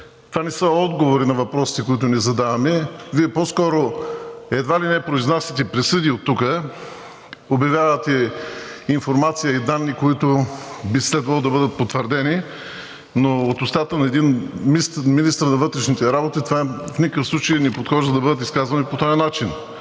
това не са отговори на въпросите, които ние задаваме. Вие по-скоро едва ли не произнасяте присъди оттук. Обявявате информация и данни, които би следвало да бъдат потвърдени, но от устата на един министър на вътрешните работи това в никакъв случай не подхожда да бъдат изказвани по този начин.